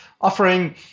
offering